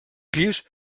pis